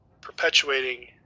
perpetuating